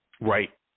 right